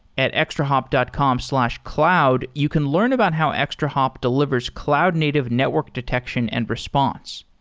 at extrahop dot com slash cloud, you can learn about how extrahop delivers cloud-native network detection and response.